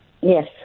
Yes